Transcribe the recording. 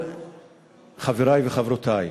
חברי וחברותי,